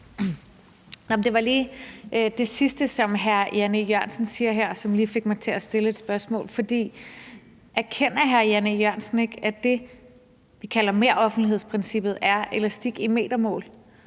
Det var lige det sidste, som hr. Jan E. Jørgensen sagde her, som får mig til at stille et spørgsmål. Erkender hr. Jan E. Jørgensen ikke, at det, vi kalder meroffentlighedsprincippet, er elastik i metermål?